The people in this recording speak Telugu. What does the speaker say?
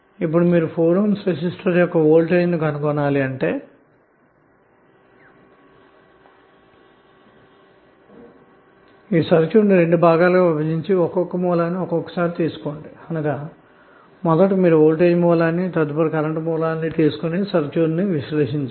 ఇప్పుడు మీరు 4 Ohm రెసిస్టర్ యొక్క వోల్టేజ్ ను కనుగొనాలంటే ఈ సర్క్యూట్ను 2 భాగాలుగా విభజించి ముందుగా వోల్టేజ్ సోర్స్ ని తరువాత కరెంటు సోర్స్ ని తీసుకొని సర్క్యూట్ విశ్లేషణ చేయాలి